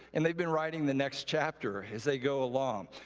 and they've been writing the next chapter as they go along.